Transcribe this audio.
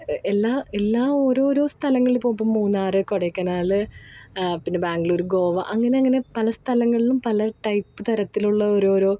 എല്ലാ എല്ലാ ഓരോരോ സ്ഥലങ്ങളില് ഇപ്പോള് ഇപ്പോള് മൂന്നാറ് കൊടൈക്കനാല് പിന്നെ ബാംഗ്ലൂര് ഗോവ അങ്ങനെ അങ്ങനെ പല സ്ഥലങ്ങളിലും പല ടൈപ്പ് തരത്തിലുള്ള ഓരോരോ